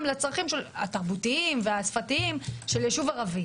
לצרכים התרבותיים והשפתיים של יישוב ערבי.